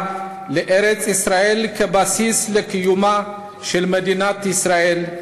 לארץ-ישראל כבסיס לקיומה של מדינת ישראל,